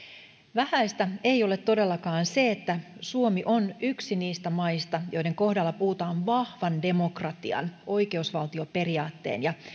vähäistä ei ole todellakaan se että suomi on yksi niistä maista joiden kohdalla puhutaan vahvan demokratian oikeusvaltioperiaatteen ja